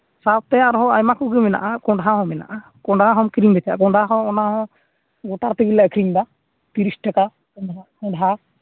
ᱥᱟᱶᱛᱮ ᱟᱨᱦᱚᱸ ᱟᱭᱢᱟ ᱠᱚᱜᱮ ᱢᱮᱱᱟᱜᱼᱟ ᱠᱚᱸᱰᱷᱟ ᱢᱮᱱᱟᱜᱼᱟ ᱠᱚᱸᱰᱷᱟ ᱦᱚᱸᱢ ᱠᱤᱨᱤᱧ ᱞᱮᱠᱷᱟᱱ ᱠᱚᱸᱰᱷᱟ ᱦᱚᱸ ᱚᱱᱟ ᱦᱚᱸ ᱜᱴᱟᱞ ᱛᱮᱜᱮᱞᱮ ᱟᱠᱷᱨᱤᱧ ᱮᱫᱟ ᱛᱤᱨᱤᱥ ᱴᱟᱠᱟ ᱠᱚᱸᱰᱷᱟ